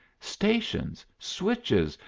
stations, switches,